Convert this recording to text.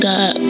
God